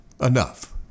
enough